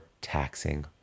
taxing